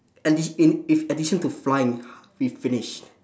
addi~ in if addition to flying we finished